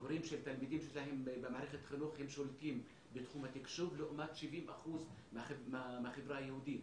תלמידים שבמערכת החינוך שולטים בתחום התקשוב לעומת 70% מהחברה היהודית,